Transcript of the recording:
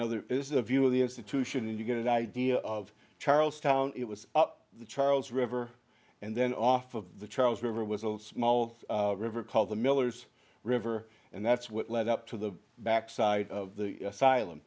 now there is a view of the institution and you get an idea of charlestown it was the charles river and then off of the charles river was a small river called the millers river and that's what led up to the backside of the asylum